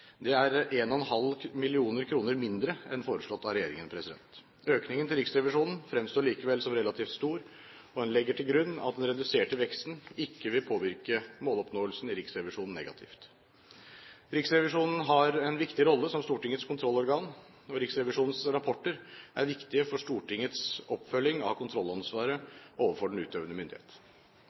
stor, og en legger til grunn at den reduserte veksten ikke vil påvirke måloppnåelsen i Riksrevisjonen negativt. Riksrevisjonen har en viktig rolle som Stortingets kontrollorgan, og Riksrevisjonens rapporter er viktige for Stortingets oppfølging av kontrollansvaret overfor den utøvende myndighet.